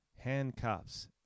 Handcuffs